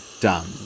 done